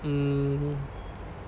mm